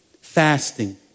Fasting